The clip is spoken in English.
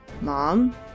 Mom